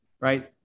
right